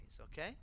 okay